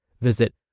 Visit